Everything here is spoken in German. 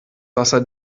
wasser